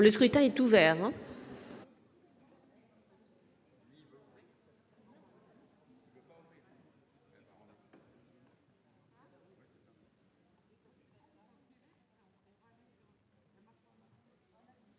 Le scrutin est ouvert.